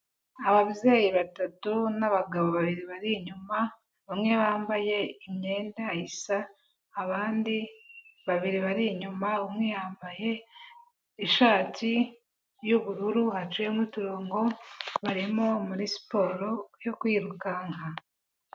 Ababyeyi batatu n'abagabo babiri bari inyuma, bamwe bambaye imyenda isa, abandi babiri bari inyuma umwe yambaye ishati y'ubururu haciyemo uturongo, barimo muri siporo yo kwirukanka.